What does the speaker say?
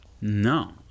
No